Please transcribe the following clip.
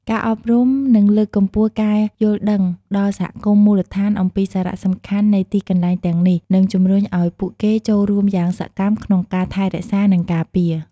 ការអប់រំ និងលើកកម្ពស់ការយល់ដឹងដល់សហគមន៍មូលដ្ឋានអំពីសារៈសំខាន់នៃទីកន្លែងទាំងនេះ នឹងជំរុញឱ្យពួកគេចូលរួមយ៉ាងសកម្មក្នុងការថែរក្សា និងការពារ។